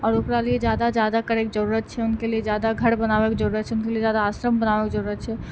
आओर ओकरा लिए जादा जादा करयके जरुरत छै हुनका लिए ज्यादा घर बनाबयके जरुरत छै हुनका लिए जादा आश्रम बनाबयके जरुरत छै